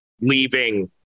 leaving